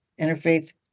interfaith